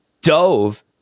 dove